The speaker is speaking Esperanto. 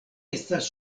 estas